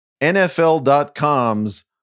NFL.com's